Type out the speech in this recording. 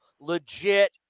legit